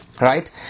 Right